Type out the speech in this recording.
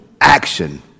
action